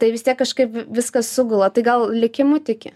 tai vis tiek kažkaip viskas sugula tai gal likimu tiki